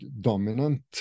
dominant